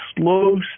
slow